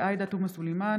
עאידה תומא סלימאן,